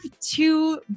two